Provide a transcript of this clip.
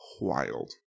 wild